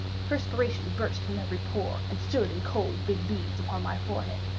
perspiration burst from every pore, and stood in cold big beads upon my forehead.